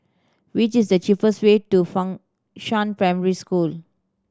which is the cheapest way to Fengshan Primary School